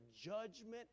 judgment